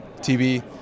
TV